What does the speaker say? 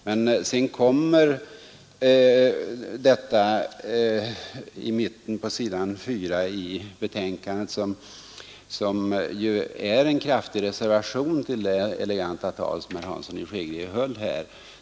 Men sedan kommer det mitt på s. 4 i utskottsbetänkandet en kraftig reservation till det eleganta tal som herr Hansson i Skegrie höll här.